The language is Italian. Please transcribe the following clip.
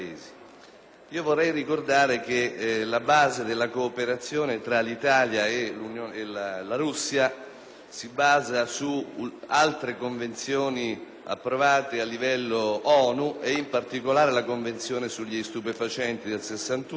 Vorrei ricordare che la cooperazione tra l'Italia e la Russia si basa su altre convenzioni approvate a livello ONU, e in particolare la Convenzione sugli stupefacenti del 1961,